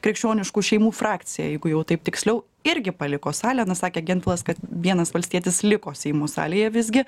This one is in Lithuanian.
krikščioniškų šeimų frakcija jeigu jau taip tiksliau irgi paliko salę na sakė gentvilas kad vienas valstietis liko seimo salėje visgi